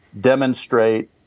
demonstrate